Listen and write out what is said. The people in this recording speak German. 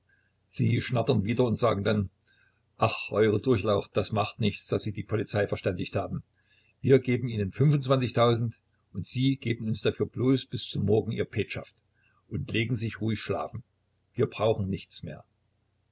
sie schnattern wieder und sagen dann ach eure durchlaucht das macht nichts daß sie die polizei verständigt haben wir geben ihnen fünfundzwanzigtausend und sie geben uns dafür bloß bis zum morgen ihr petschaft und legen sich ruhig schlafen wir brauchen nichts mehr